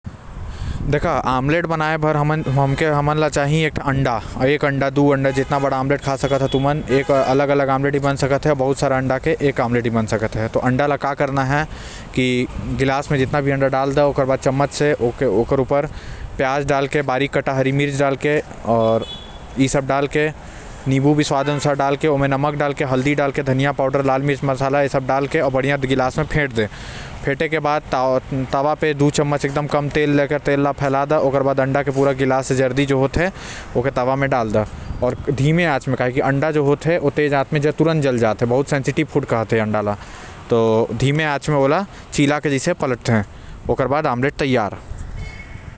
ऑमलेट बनाए बर हमन ला चाही अंडा अब एक अंडा के दो अंडा ओ हमन के ऊपर हैव। आऊ सबसे पहिले तो तावा के आंच ल बड़ा के तेल ल गरम कर। ओकर बाद अंडा ल डाल तावा के ऊपर अंडा ल फोड़ के आऊ फिर उमा नमक मिर्ची स्वादअनुसार डाल के ऑमलेट त्यार कर।